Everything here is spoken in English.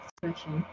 question